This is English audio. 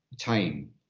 time